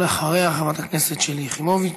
ואחריה חברת הכנסת שלי יחימוביץ.